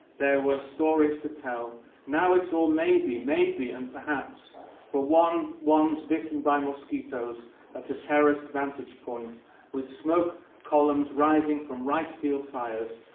there were stories to tell now it's all maybe, maybe and perhaps for ones bitten by mosquitoes at a terraced vantage point with smoke columns rising from rice-field fires,